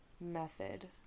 method